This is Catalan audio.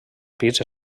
pis